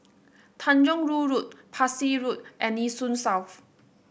Tanjong Rhu Road Parsi Road and Nee Soon South